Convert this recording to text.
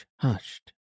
hushed